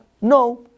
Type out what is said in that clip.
No